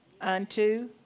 unto